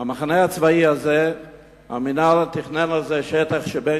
על המחנה הצבאי הזה המינהל תכנן שטח של בין